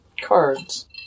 cards